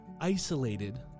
isolated